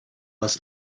was